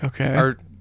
Okay